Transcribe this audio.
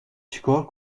چیکار